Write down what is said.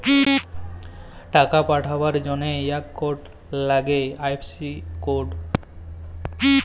টাকা পাঠাবার জনহে ইক কোড লাগ্যে আই.এফ.সি কোড